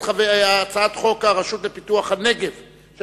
הצעת חוק הרשות לפיתוח הנגב (תיקון מס' 4),